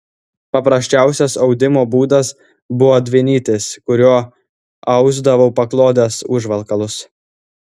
paprasčiausias audimo būdas buvo dvinytis kuriuo ausdavo paklodes užvalkalus